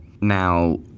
Now